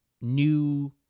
new